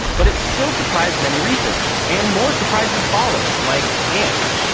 but it still surprised many researchers. and more surprises followed like ants.